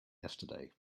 yesterday